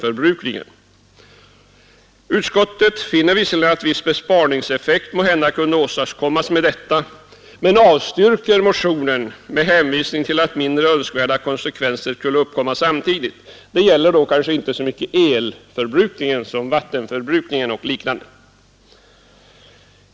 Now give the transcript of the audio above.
önskvärda konsekvenser skulle uppkomma samtidigt. Det gäller då kanske inte så mycket elförbrukning som vattenförbrukning och liknande.